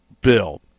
Bill